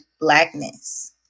blackness